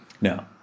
Now